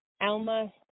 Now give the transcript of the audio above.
Alma